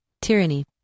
Tyranny